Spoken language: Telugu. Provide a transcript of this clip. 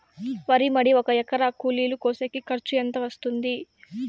వరి మడి ఒక ఎకరా కూలీలు కోసేకి ఖర్చు ఎంత వస్తుంది?